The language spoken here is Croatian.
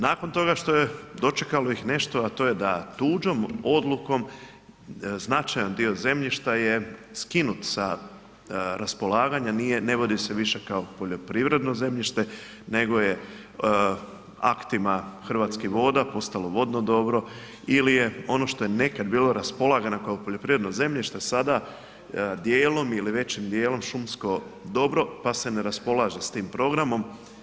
Nakon toga što ih je dočekalo nešto, a to je da tuđom odlukom značajan dio zemljišta je skinut sa raspolaganja, ne vodi se više kao poljoprivredno zemljište nego je aktima Hrvatskih voda postalo vodno dobro ili je ono što je nekad bilo raspolagano kao poljoprivredno zemljište sada dijelom ili većim dijelom šumsko dobro pa se ne raspolaže s tim programom.